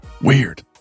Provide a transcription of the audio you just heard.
Weird